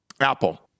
Apple